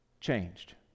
changed